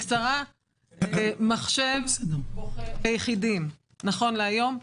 מחשב בוחר ביחידים, נכון להיום.